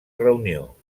reunió